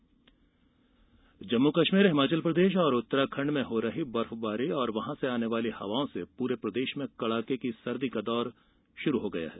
मौसम जम्मू कश्मीर हिमाचल प्रदेश और उत्तराखंड में हो रही बर्फबारी और वहां से आने वाली उत्तरी हवा से पूरे प्रदेश में कड़ाके की सर्दी का दौर शुरू हो गया है